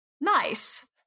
Nice